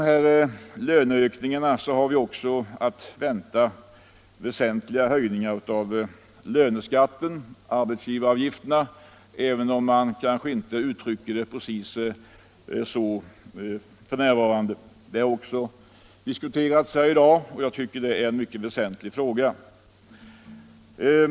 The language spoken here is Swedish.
Utom löneökningarna har vi att vänta väsentliga höjningar av löneskatten, arbetsgivaravgifterna, även om man kanske inte uttrycker det precis så för närvarande. Det har också diskuterats här i dag, och jag tycker att det är en mycket väsentlig fråga.